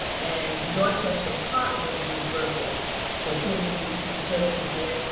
and dorchester partners with berkeley for children who receive services there.